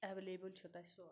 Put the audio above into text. available چھ تَتہِ سورُے